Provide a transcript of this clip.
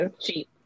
cheap